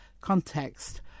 context